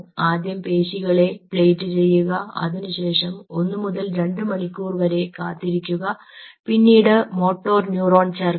ആദ്യം പേശികളെ പ്ലേറ്റ് ചെയ്യുക അതിനുശേഷം ഒന്നു മുതൽ രണ്ട് മണിക്കൂർ വരെ കാത്തിരിക്കുക പിന്നീട് മോട്ടോർ ന്യൂറോൺ ചേർക്കുക